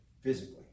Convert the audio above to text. physically